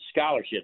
scholarship